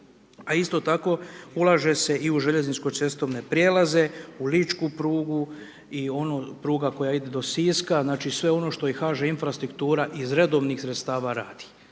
A isto tako, ulaže se i u željezničko cestovne prijelaze, u Ličku prugu i onu prugu koja ide do Siska, znači, sve ono što i HŽ infrastruktura iz redovnih sredstava radi.